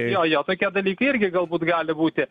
jo jo tokie dalykai irgi galbūt gali būti